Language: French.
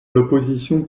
l’opposition